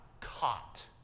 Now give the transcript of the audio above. caught